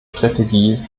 strategie